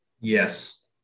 Yes